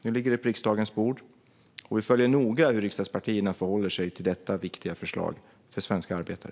Nu ligger det på riksdagens bord, och vi följer noga hur riksdagspartierna förhåller sig till detta viktiga förslag för svenska arbetare.